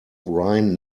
ryan